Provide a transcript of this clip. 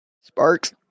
Sparks